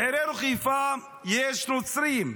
בעירנו חיפה יש נוצרים,